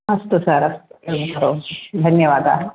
अस्तु सर् अस्तु स्वीकरोमि धन्यवादाः